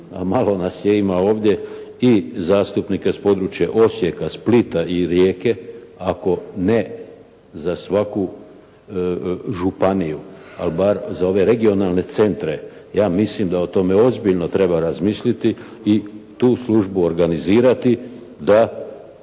a malo nas ima ovdje, i zastupnika sa područja Osijeka, Splita i Rijeke ako ne za svaku županiju, ali barem za ove regionalne centre, ja mislim da o tome ozbiljno treba razmisliti i tu službu organizirati da